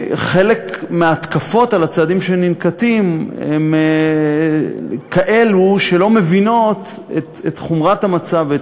חלק מההתקפות על הצעדים שננקטים הן כאלה שלא מבינות את חומרת המצב ואת